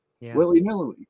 willy-nilly